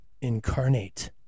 incarnate